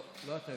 לא, לא אתה.